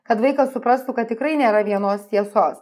kad vaikas suprastų kad tikrai nėra vienos tiesos